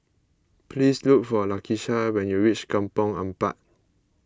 please look for Lakisha when you reach Kampong Ampat